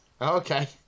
Okay